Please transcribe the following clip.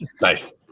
Nice